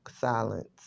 silence